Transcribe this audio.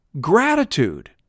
gratitude